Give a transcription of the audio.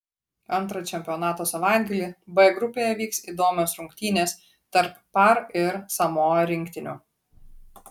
antrą čempionato savaitgalį b grupėje vyks įdomios rungtynės tarp par ir samoa rinktinių